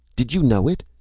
did you know it?